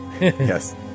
yes